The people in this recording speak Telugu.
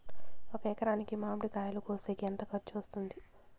ఒక ఎకరాకి మామిడి కాయలు కోసేకి ఎంత ఖర్చు వస్తుంది?